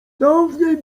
dawniej